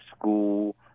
school